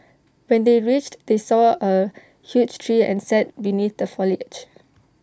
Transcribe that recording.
when they reached they saw A huge tree and sat beneath the foliage